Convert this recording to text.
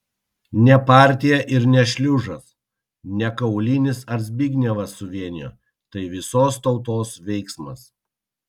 ne partija ir ne šliužas ne kaulinis ar zbignevas suvienijo tai visos tautos veiksmas